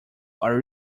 are